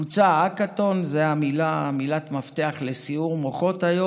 בוצע אכ"אתון, זאת מילת מפתח היום לסיעור מוחות.